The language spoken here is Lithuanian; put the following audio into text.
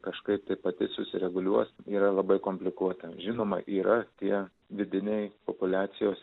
kažkaip pati susireguliuos yra labai komplikuota žinoma yra tie vidiniai populiacijos